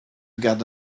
garde